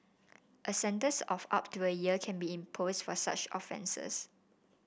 a sentence of up to a year can be for such offences